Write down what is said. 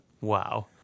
Wow